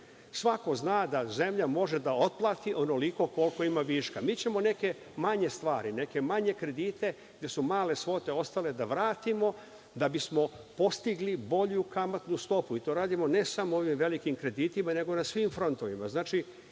zna da zemlja može da otplati onoliko koliko ima viška. Mi ćemo neke manje stvari, neke manje kredite, gde su male svote ostale, da vratimo, da bi smo postigli bolju kamatnu stopu i to radimo, ne samo ovim velikim kreditima, nego na svim frontovima.